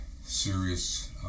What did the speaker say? serious